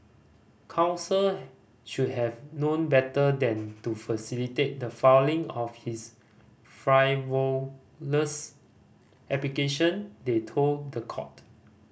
counsel should have known better than to facilitate the falling of this frivolous application they told the court